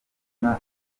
amaze